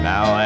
Now